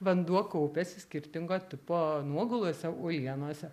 vanduo kaupiasi skirtingo tipo nuogulose uolienose